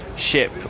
ship